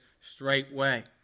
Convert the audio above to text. straightway